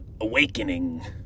awakening